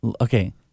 Okay